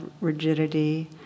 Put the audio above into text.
rigidity